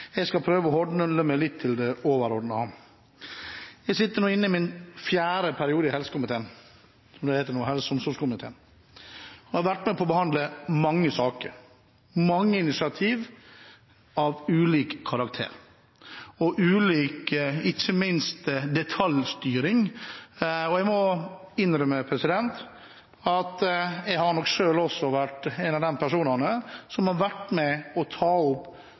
Jeg skal prøve å holde meg til det overordnede. Jeg er nå inne i min fjerde periode i helse- og omsorgskomiteen, som den heter nå. Jeg har vært med på å behandle mange saker, mange initiativ av ulik karakter, og ikke minst har jeg vært med på ulike former for detaljstyring. Jeg må nok innrømme at også jeg har vært en av de personene som har vært med på å ta opp